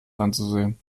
anzusehen